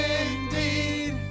indeed